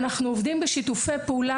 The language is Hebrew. אנחנו עובדים בשיתופי פעולה,